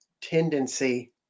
tendency